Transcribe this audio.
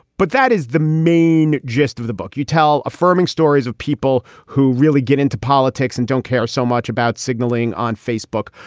but that is the main gist of the book. you tell affirming stories of people who really get into politics and don't care so much about signalling on facebook.